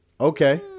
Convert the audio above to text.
okay